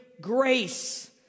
grace